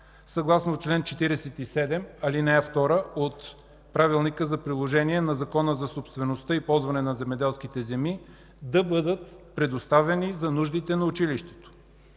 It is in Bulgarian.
съгласно чл. 47, ал. 2 от Правилника за приложение на Закона за собствеността и ползване на земеделските земи, да бъдат предоставени за нуждите на училището.